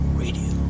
radio